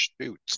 shoot